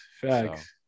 Facts